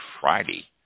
Friday